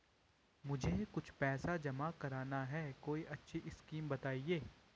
मुझे कुछ पैसा जमा करना है कोई अच्छी स्कीम बताइये?